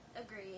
Agreed